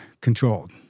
controlled